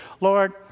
Lord